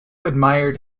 admired